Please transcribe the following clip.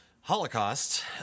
Holocaust